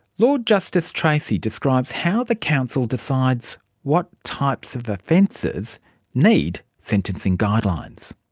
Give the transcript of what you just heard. lord justice treacy describes how the council decides what types of offences need sentencing guidelines.